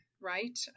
right